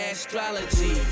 Astrology